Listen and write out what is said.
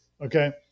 Okay